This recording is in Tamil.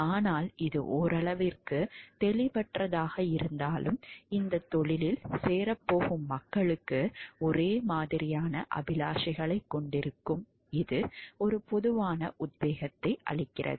ஆனால் இது ஓரளவுக்கு தெளிவற்றதாக இருந்தாலும் இந்தத் தொழிலில் சேரப்போகும் மக்களுக்கு ஒரே மாதிரியான அபிலாஷைகளைக் கொண்டிருப்பதற்கு இது ஒரு பொதுவான உத்வேகத்தை அளிக்கிறது